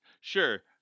sure